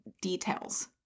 details